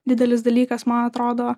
didelis dalykas man atrodo